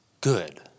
good